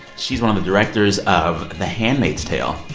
she's one of the directors of the handmaid's tale.